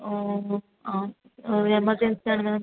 ഓ ഓ ഓ ആ എമർജൻസി ആണ് മാം